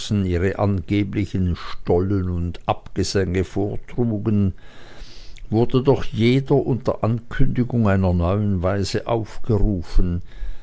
ihre angeblichen stollen und abgesänge vortrugen wurde doch jeder einzelne unter ankündigung einer neuen weise aufgerufen